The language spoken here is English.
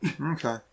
Okay